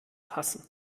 passen